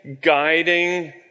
guiding